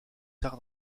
tard